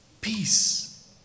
Peace